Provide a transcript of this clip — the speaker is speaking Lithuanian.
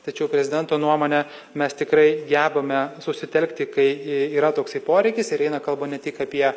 tačiau prezidento nuomone mes tikrai gebame susitelkti kai yra toksai poreikis ir eina kalba ne tik apie